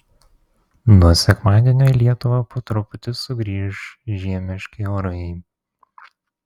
nuo sekmadienio į lietuvą po truputį sugrįš žiemiški orai